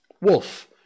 Wolf